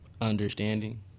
understanding